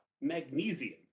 magnesium